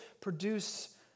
produce